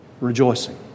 rejoicing